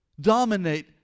dominate